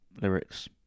lyrics